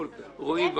רועי בבקשה.